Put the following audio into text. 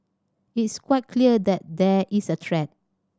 it's quite clear that there is a threat